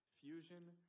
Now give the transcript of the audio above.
fusion